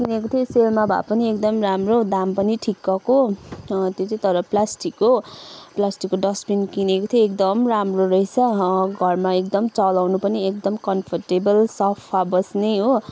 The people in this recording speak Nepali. किनेको थिएँ सेलमा भए पनि एकदम राम्रो दाम पनि ठिक्कको त्यो चाहिँ तर प्लास्टिकको प्लास्टिकको डस्टबिन किनेको थिएँ एकदम राम्रो रहेछ घरमा एकदम चलाउनु पनि एकदम कम्फोर्टेबल सफा बस्ने हो